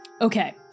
Okay